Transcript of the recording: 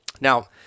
Now